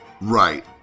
Right